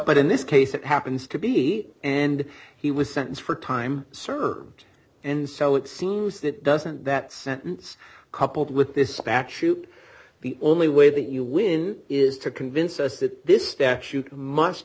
in this case it happens to be and he was sentenced for time served and so it seems that doesn't that sentence coupled with this action the only way that you win is to convince us that this statute must